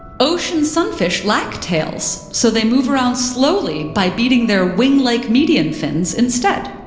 ocean sunfish lack tails, so they move around slowly by beating their wing-like median fins instead.